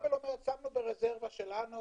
נובל אומרת: שמנו ברזרבה שלנו,